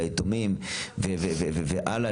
ביתומים האלה,